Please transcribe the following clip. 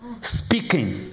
speaking